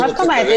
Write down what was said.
מה זאת אומרת?